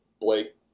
Blake